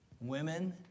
Women